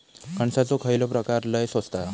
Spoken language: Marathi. कणसाचो खयलो प्रकार लय स्वस्त हा?